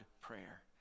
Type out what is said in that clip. prayer